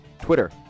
Twitter